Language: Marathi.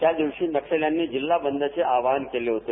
त्यादिवशी नक्षल्यांनी जिल्हा बंदचे आवाहन केलं होत